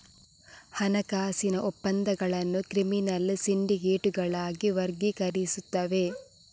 ಹಣಕಾಸಿನ ಒಪ್ಪಂದಗಳನ್ನು ಕ್ರಿಮಿನಲ್ ಸಿಂಡಿಕೇಟುಗಳಾಗಿ ವರ್ಗೀಕರಿಸುತ್ತವೆ